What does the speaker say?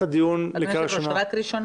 אדוני היושב ראש, רק ראשונה?